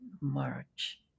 March